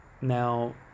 Now